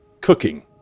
cooking